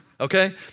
Okay